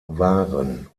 waren